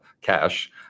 cash